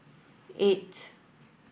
eight